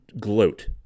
gloat